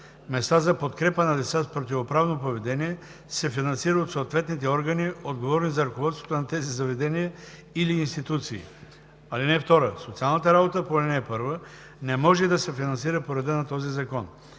места за подкрепа на деца с противоправно поведение, се финансира от съответните органи, отговорни за ръководството на тези заведения или институции. (2) Социалната работа по ал. 1 не може да се финансира по реда на този закон.